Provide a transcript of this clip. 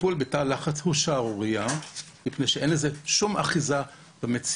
טיפול בתא לחץ הוא שערורייה מפני שאין לזה שום אחיזה במציאות.